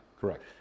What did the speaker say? Correct